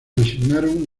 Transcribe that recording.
asignaron